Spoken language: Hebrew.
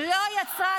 --- למה יש אונר"א?